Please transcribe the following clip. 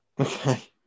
Okay